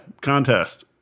contest